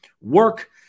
work